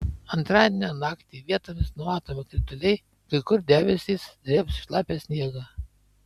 antradienio naktį vietomis numatomi krituliai kai kur debesys drėbs šlapią sniegą